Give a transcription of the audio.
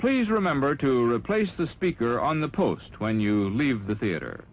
please remember to replace the speaker on the post when you leave the theater